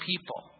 people